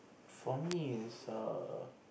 for me is err